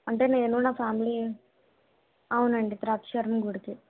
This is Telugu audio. అంటే నేను నా ఫామిలీ అవునండి ద్రాక్షారామం గుడికి